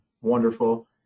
wonderful